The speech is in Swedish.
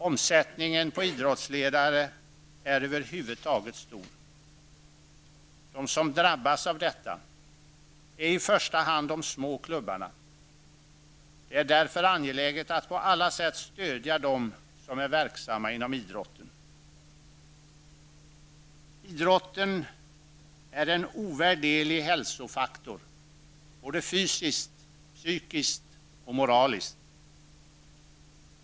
Omsättningen på idrottsledare är över huvud taget stor. De som drabbas av detta är i första hand de små klubbarna. Det är därför angeläget att på alla sätt stödja dem som är verksamma inom idrotten. Idrotten är en ovärderlig hälsofaktor såväl fysiskt och psykiskt som moraliskt.